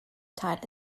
tight